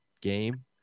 game